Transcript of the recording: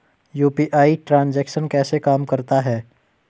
UPI transaction कैसे काम करता है?